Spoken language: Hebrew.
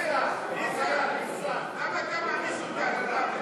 למה אתה מעניש אותנו,